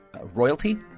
royalty